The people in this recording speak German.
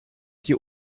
die